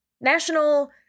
National